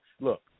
look